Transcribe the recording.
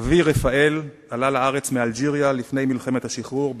אבי רפאל עלה לארץ מאלג'יריה לפני מלחמת השחרור,